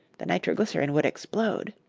the nitroglycerin would explode.